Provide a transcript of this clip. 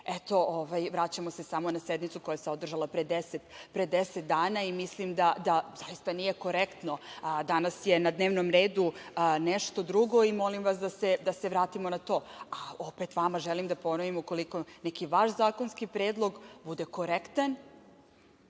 eto, vraćamo se samo na sednicu koja se održala pre deset dana i mislim da zaista nije korektno. Danas je na dnevnom redu nešto drugo i molim vas da se vratimo na to. Opet, vama želim da ponovim ukoliko neki vaš zakonski predlog bude korektan,